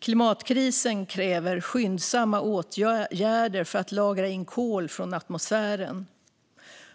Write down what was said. Klimatkrisen kräver skyndsamma åtgärder för att lagra in kol från atmosfären,